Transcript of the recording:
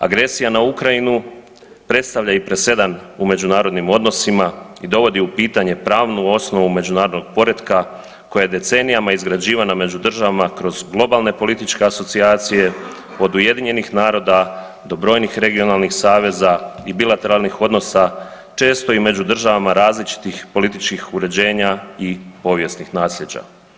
Agresija na Ukrajinu predstavlja i presedan u međunarodnim odnosima i dovodi u pitanje pravnu osnovu međunarodnog poretka koje je decenijama izgrađivana među državama kroz globalne političke asocijacije, od UN-a do brojnih regionalnih saveza i bilateralnih odnosa, često i među državama različitih političkih uređenja i povijesnih naslijeđa.